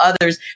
others